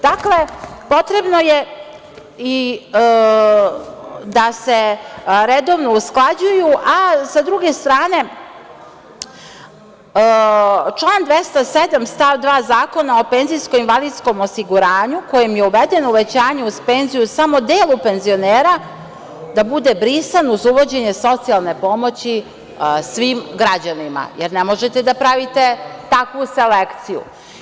Dakle, potrebno je i da se redovno usklađuju, a s druge strane, član 207. stav 2. Zakona o PIO, kojim je uvedeno uvećanje uz penziju samo delu penzionera, da bude brisan uz uvođenje socijalne pomoći svim građanima, jer ne možete da pravite takvu selekciju.